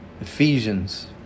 Ephesians